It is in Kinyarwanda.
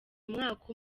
umwaka